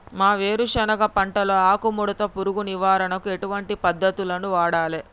మా వేరుశెనగ పంటలో ఆకుముడత పురుగు నివారణకు ఎటువంటి పద్దతులను వాడాలే?